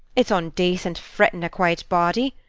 it's ondacent frettin' a quite body.